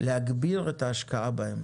להגביר את ההשקעה בהם